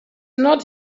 not